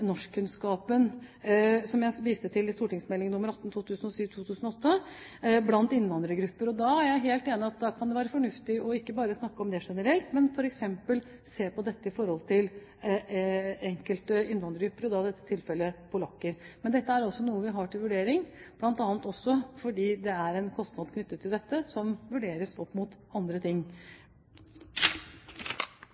norskkunnskapen – jeg viste til St.meld. nr. 18 for 2007–2008 – blant innvandrergrupper. Jeg er helt enig i at det kan være fornuftig ikke bare å snakke om det generelt, men f.eks. se på dette i tilknytning til enkelte innvandrergrupper, og i dette tilfellet polakker. Men dette er altså noe vi har til vurdering, bl.a. fordi det også er en kostnad i dette som vurderes opp mot andre ting.